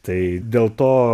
tai dėl to